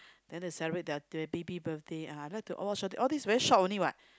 then the celebrate their the baby birthday ah I like to all these very short only what